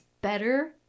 better